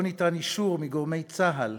לא ניתן אישור מגורמי צה"ל,